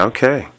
Okay